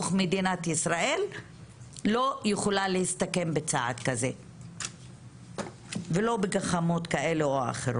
לא יכולה להסתכם בצעד כזה ולא בגחמות כאלה או אחרת.